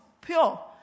pure